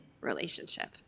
relationship